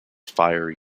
fiery